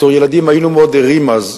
בתור ילדים, היינו מאוד ערים אז.